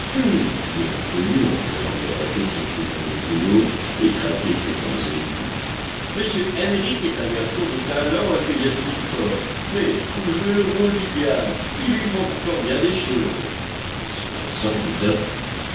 dit l'inconnu en faisant miroiter ses prunelles glauques et craquer ses dents aiguës m henrich est un garçon de talent et que j'estime fort mais pour jouer le rôle du diable il lui manque encore bien des choses et se dressant tout à coup